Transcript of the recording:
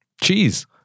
Cheese